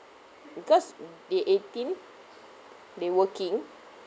because mm they're eighteen they're working